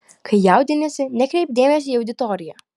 kai jaudiniesi nekreipk dėmesio į auditoriją